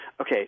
okay